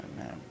amen